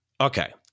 Okay